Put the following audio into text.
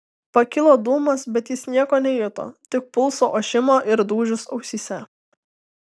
pakilo dūmas bet jis nieko nejuto tik pulso ošimą ir dūžius ausyse